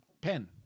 Pen